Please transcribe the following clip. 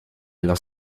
los